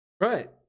Right